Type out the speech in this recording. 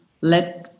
let